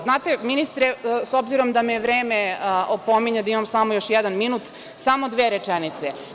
Znate, ministre, s obzirom da me vreme opominje da imam samo još jedan minut, još samo dve rečenice.